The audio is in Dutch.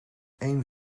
één